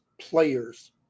players